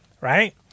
Right